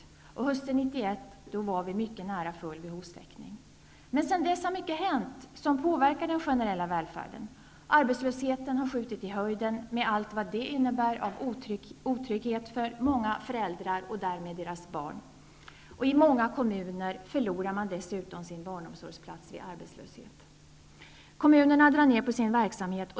Hösten 1991 var vi mycket nära målet om en full behovstäckning. Men sedan dess har mycket hänt som påverkar den generella välfärden. Arbetslösheten har skjutit i höjden, med allt vad det innebär av otrygghet för många föräldrar och därmed för barnen. I många kommuner förlorar man dessutom sin barnomsorgsplats vid arbetslöshet. Kommunerna drar ner på sin verksamhet.